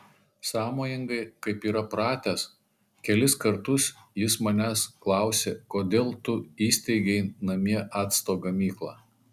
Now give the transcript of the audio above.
sąmojingai kaip yra pratęs kelis kartus jis manęs klausė kodėl tu įsteigei namie acto gamyklą